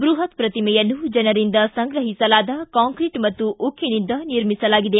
ಬೃಪತ್ ಪ್ರತಿಮೆಯನ್ನು ಜನರಿಂದ ಸಂಗ್ರಹಿಸಲಾದ ಕಾಂಕ್ರೀಟ್ ಮತ್ತು ಉಕ್ಕಿನಿಂದ ನಿರ್ಮಿಸಲಾಗಿದೆ